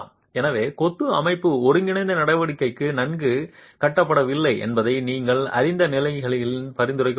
எனவே கொத்து அமைப்பு ஒருங்கிணைந்த நடவடிக்கைக்கு நன்கு கட்டப்படவில்லை என்பதை நீங்கள் அறிந்த நிலைமைகளில் பரிந்துரைக்கப்படுகிறது